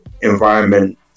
environment